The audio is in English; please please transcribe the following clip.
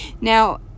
now